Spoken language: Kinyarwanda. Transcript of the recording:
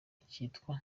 icyitwa